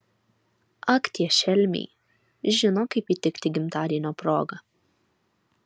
ak tie šelmiai žino kaip įtikti gimtadienio proga